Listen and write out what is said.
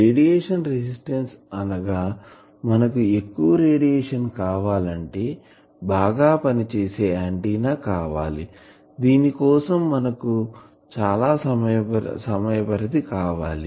radiation resistance అనగా మనకు ఎక్కువ రేడియేషన్ కావాలంటే బాగా పనిచేసే ఆంటిన్నా కావాలి దీని కోసం మనకు చాలా సమయ పరిధి కావాలి